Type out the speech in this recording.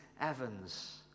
Evans